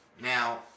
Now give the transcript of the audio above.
Now